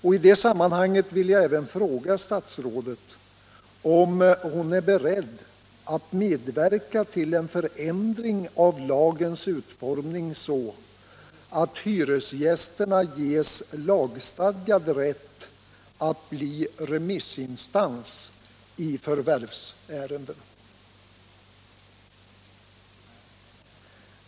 I detta sammanhang vill jag även fråga statsrådet om hon är beredd att medverka till en förändring av lagens utformning så att hyresgästerna ges lagstadgad rätt att bli remissinstans i förvärvsärenden.